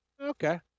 Okay